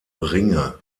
ringe